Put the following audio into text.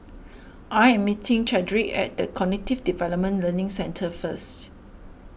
I am meeting Chadrick at the Cognitive Development Learning Centre first